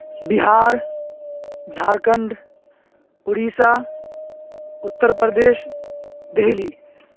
Bihar Jharkhand Orissa Uttar Pradesh Delhi